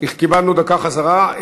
קיבלנו דקה חזרה.